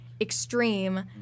extreme